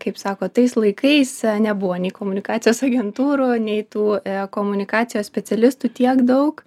kaip sako tais laikais nebuvo nei komunikacijos agentūrų nei tų komunikacijos specialistų tiek daug